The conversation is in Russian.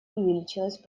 увеличилось